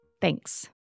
Thanks